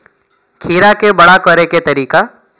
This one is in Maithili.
खीरा के बड़ा करे के तरीका?